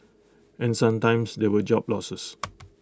and sometimes there were job losses